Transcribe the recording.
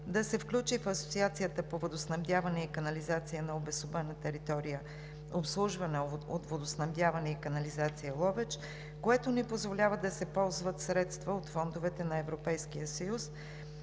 да се включи в Асоциацията по водоснабдяване и канализация на обособената територия, обслужвана от ,,Водоснабдяване и канализация“ АД, гр. Ловеч, което не позволява да се ползват средства от фондовете на Европейския съюз